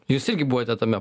jūs irgi buvote tame